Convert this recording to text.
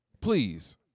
please